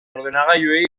ordenagailuei